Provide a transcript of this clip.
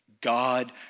God